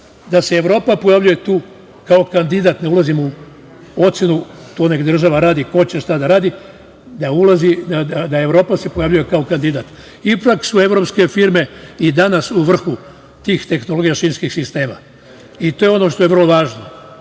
da se Evropa pojavljuje tu kao kandidat, ne ulazimo u ocenu, to nek država radi, ko će šta da radi, da se Evropa pojavljuje kao kandidat. Ipak su evropske firme i danas u vrhu tih tehnologija šinskih sistema i to je ono što je vrlo važno.